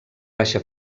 baixa